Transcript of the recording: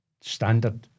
standard